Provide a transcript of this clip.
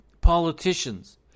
politicians